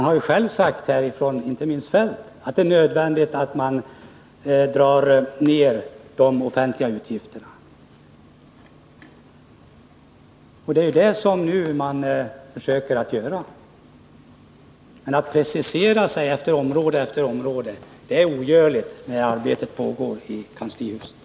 Ni har själva sagt, inte minst Kjell-Olof Feldt, att det är nödvändigt att dra ned de offentliga utgifterna, och det är det vi nu försöker göra, men det är ogörligt att precisera sig på område efter område när arbetet nu pågår i kanslihuset.